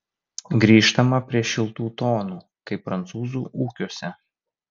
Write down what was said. grįžtama prie šiltų tonų kai prancūzų ūkiuose